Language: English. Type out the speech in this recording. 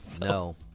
no